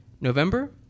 November